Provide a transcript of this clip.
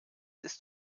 ist